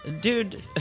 Dude